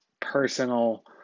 personal